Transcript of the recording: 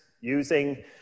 using